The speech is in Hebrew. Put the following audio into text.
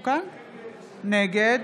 נגד